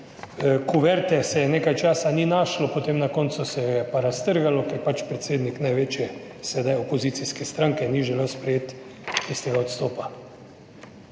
kuverte se nekaj časa ni našlo, potem na koncu se je pa raztrgalo, ker predsednik največje, sedaj opozicijske stranke ni želel sprejeti tistega odstopa.